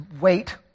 wait